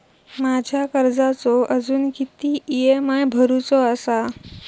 माझ्या कर्जाचो अजून किती ई.एम.आय भरूचो असा?